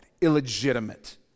illegitimate